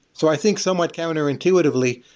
so i think somewhat counter-intuitively,